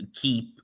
keep